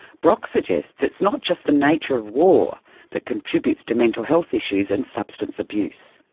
brock suggests it's not just the nature of war that contributes to mental health issues and substance abuse.